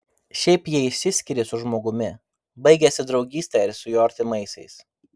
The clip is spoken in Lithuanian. šiaip jei išsiskiri su žmogumi baigiasi draugystė ir su jo artimaisiais